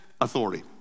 authority